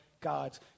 God's